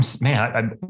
man